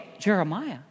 Jeremiah